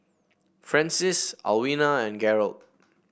Francis Alwina and Garold